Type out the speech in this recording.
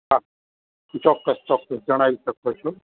હા ચોક્કસ ચોક્કસ જણાવી શકો છો